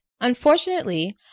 unfortunately